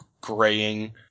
graying